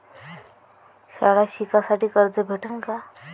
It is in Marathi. शाळा शिकासाठी कर्ज भेटन का?